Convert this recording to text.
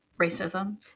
racism